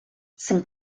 saint